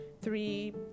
three